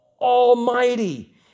Almighty